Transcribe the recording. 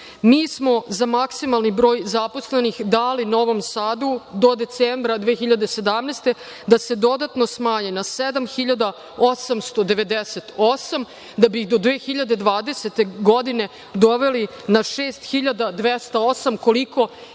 Mi smo za maksimalan broj zaposlenih dali Novom Sadu do decembra meseca 2017. godine da se dodatno smanji na 7.898, da bi do 2020. godine doveli na 6.208, koliko je